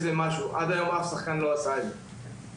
עד היום אף שחקן לא עשה את זה.